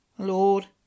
Lord